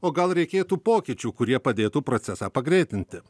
o gal reikėtų pokyčių kurie padėtų procesą pagreitinti